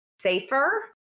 safer